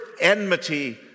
enmity